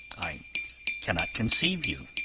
i cannot conceive you.